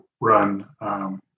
run